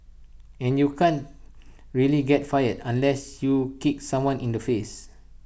and you can't really get fired unless you kicked someone in the face